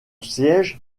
siège